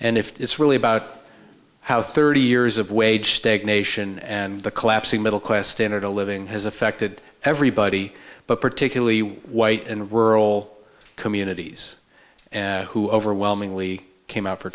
and if it's really about how thirty years of wage stagnation and the collapsing middle class standard of living has affected everybody but particularly white and rural communities who overwhelmingly came out for